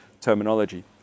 terminology